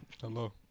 Hello